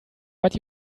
but